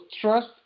trust